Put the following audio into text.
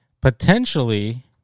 potentially